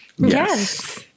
Yes